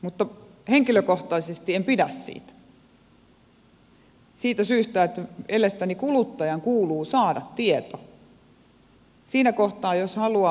mutta henkilökohtaisesti en pidä siitä siitä syystä että mielestäni kuluttajan kuuluu saada tieto siinä kohtaa jos haluaa ostaa talon